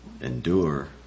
endure